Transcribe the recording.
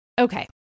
Okay